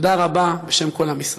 תודה רבה, בשם כל עם ישראל.